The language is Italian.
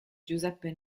giuseppe